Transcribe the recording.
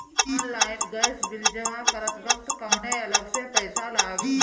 Online gas bill जमा करत वक्त कौने अलग से पईसा लागी?